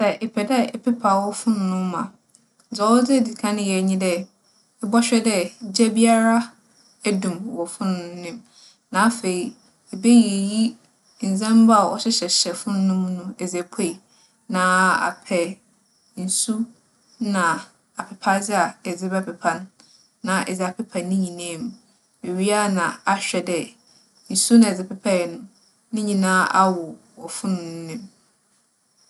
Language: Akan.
Sɛ epɛ dɛ epepa wo fononoo mu a, dza ͻwͻ dɛ idzi kan yɛ nye dɛ, ebͻhwɛ dɛ gya biara edum wͻ fononoo no mu. Na afei, ibeyiyi ndzɛmba a ͻhyehyɛhyɛ fononoo no mu edze epue. Na apɛ nsu na apepadze a edze bɛpepa na edze apepa ne nyina mu. Iwie a na ahwɛ dɛ nsu no a edze pepae no, ne nyina awow wͻ fononoo no mu.